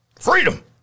Freedom